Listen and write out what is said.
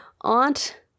aunt